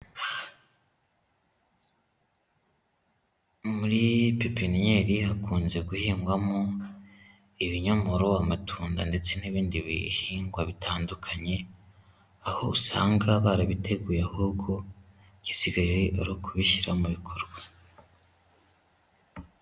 Muri pipiniyeri hakunze guhingwamo ibinyomoro, amatunda ndetse n'ibindi bihingwa bitandukanye, aho usanga barabiteguye ahubwo igisigaye ari ukubishyira mu bikorwa.